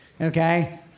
Okay